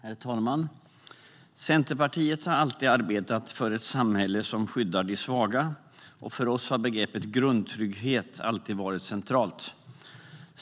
Herr talman! Centerpartiet har alltid arbetat för ett samhälle som skyddar de svaga, och för oss har begreppet grundtrygghet alltid varit centralt.